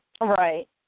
Right